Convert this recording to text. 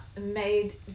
made